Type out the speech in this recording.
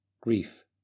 grief